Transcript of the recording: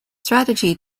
strategy